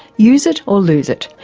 use it or lose it,